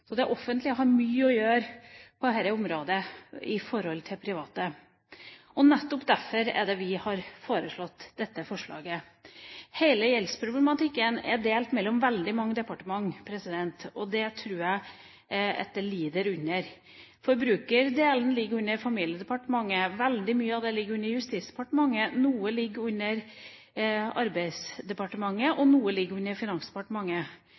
Så det offentlige har mye å gjøre på dette området i forhold til private. Nettopp derfor har vi fremmet dette forslaget. Hele gjeldsproblematikken er delt mellom veldig mange departementer. Det tror jeg at det lider under. Forbrukerdelen ligger under Familiedepartementet. Veldig mye av det ligger under Justisdepartementet. Noe ligger under Arbeidsdepartementet, og noe ligger under Finansdepartementet.